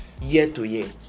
year-to-year